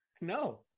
No